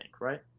right